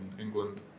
England